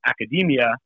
academia